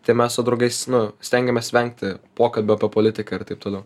tai mes su draugais nu stengiamės vengti pokalbio apie politiką ir taip toliau